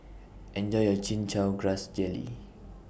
Enjoy your Chin Chow Grass Jelly